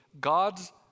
God's